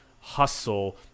hustle